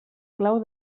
clau